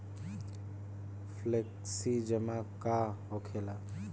Flexi जमा का होखेला?